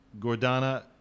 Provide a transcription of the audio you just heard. Gordana